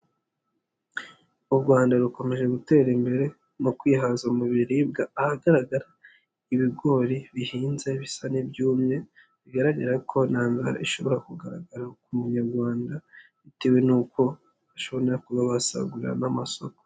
U Rwanda rukomeje gutera imbere mu kwihaza mu biribwa, ahagaragara ibigori bihinze bisa n'ibyumye bigaragara ko nta ndwara ishobora kugaragara ku munyarwanda bitewe n'uko bashobora kuba basagurira n'amasoko.